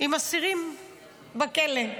עם אסירים בכלא.